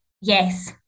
Yes